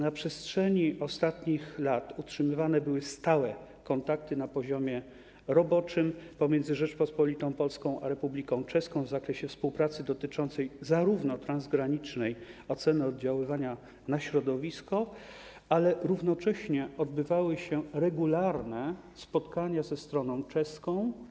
Na przestrzeni ostatnich lat utrzymywane były stałe kontakty na poziomie roboczym pomiędzy Rzecząpospolitą Polską a Republiką Czeską w zakresie współpracy dotyczącej transgranicznej oceny oddziaływania na środowisko, ale równocześnie odbywały się regularne spotkania bilateralne ze stroną czeską.